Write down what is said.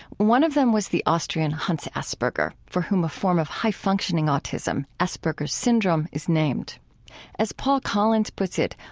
one of them was the austrian hans asperger for whom a form of high-functioning autism, asperger's syndrome, is named as paul collins puts it,